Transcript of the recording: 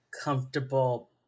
comfortable